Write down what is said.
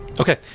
Okay